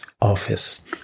office